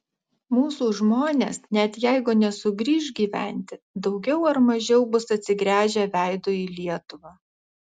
mūsų žmonės net jeigu nesugrįš gyventi daugiau ar mažiau bus atsigręžę veidu į lietuvą